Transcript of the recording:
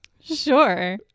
Sure